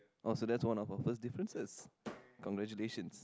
oh so that's one of our first differences congratulations